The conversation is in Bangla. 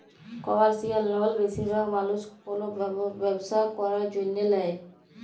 কমার্শিয়াল লল বেশিরভাগ মালুস কল ব্যবসা ক্যরার জ্যনহে লেয়